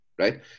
Right